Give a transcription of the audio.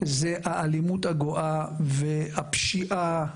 היא האלימות הגואה והפשיעה,